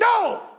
no